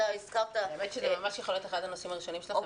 אתה הזכרת --- האמת שזה ממש יכול להיות אחד הנושאים הראשונים שלכם,